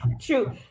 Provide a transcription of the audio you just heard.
True